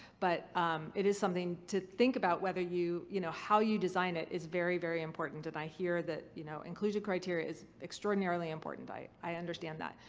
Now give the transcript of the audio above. but um it is something to think about whether you, you know, how you design it is very, very important and i hear that you know inclusion criteria is extraordinarily important. i i understand that.